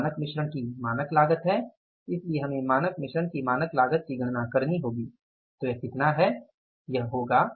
यह मानक मिश्रण की मानक लागत है इसलिए हमें मानक मिश्रण की मानक लागत की गणना करनी होगी तो यह कितना है यह होगा